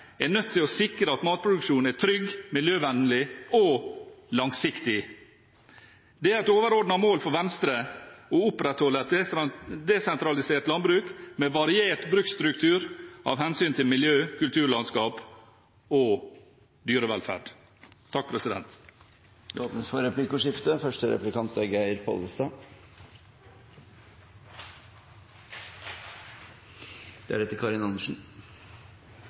er nødt til å sikre at matproduksjonen er trygg, miljøvennlig og langsiktig, og det er et overordnet mål for Venstre å opprettholde et desentralisert landbruk med variert bruksstruktur av hensyn til miljø, kulturlandskap og dyrevelferd. Det åpnes for replikkordskifte.